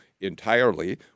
entirely